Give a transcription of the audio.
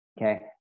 okay